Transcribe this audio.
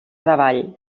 davall